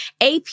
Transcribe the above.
AP